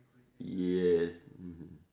yes mmhmm